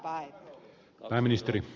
arvoisa puhemies